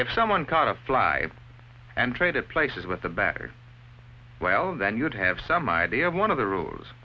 if someone caught a fly and traded places with the back well then you'd have some idea one of the rules